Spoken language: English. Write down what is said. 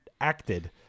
acted